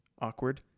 awkward